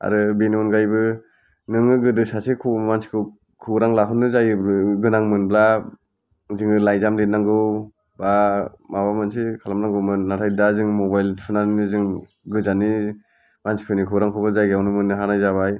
आरो बेनि अनगायैबो नोङो गोदो सासेखौ मानसिखौ खौरां लाहरनो जायो गोनां मोनब्ला जोङो लाइजाम लिरनांगौ बा माबा मोनसे खालामनांगौमोन नाथाय दा जों मबाइल थुनानैनो जों गोजाननि मानसिफोरनि खौरांखौबो जायगायावनो मोननो हानाय जाबाय